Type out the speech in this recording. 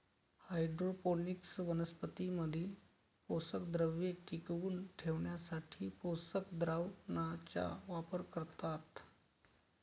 hydroponics वनस्पतीं मधील पोषकद्रव्ये टिकवून ठेवण्यासाठी पोषक द्रावणाचा वापर करतात